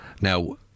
Now